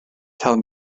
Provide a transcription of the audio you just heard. tell